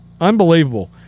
Unbelievable